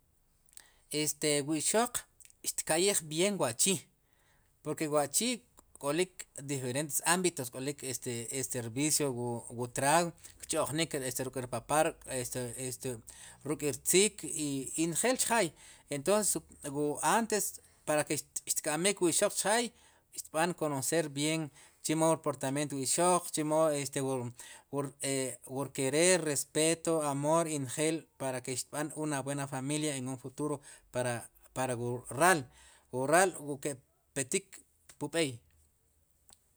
Este wu ixoq xtka'yij bien wa'chi' porke wu achi' k'olik diferentes ámbitos k'olik este, este rvicio wu wu trago kch'ojnik ruk' rpapá este este ruk'rtziik i njel chjaay entonces wu antes para ke xtk'amb'ik wu ixoq chjaay xtb'an konocer bien chemo rkomportamiento wu ixoq chemo wur wu rkerer respeto, amor para ke xtb'an una buena familiaen un futuro para para wuraal, wu raal ke'petik pu b'eey.